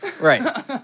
right